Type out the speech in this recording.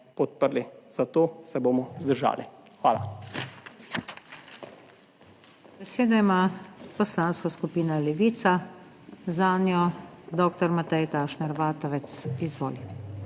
zato se bomo vzdržali. Hvala.